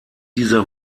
dieser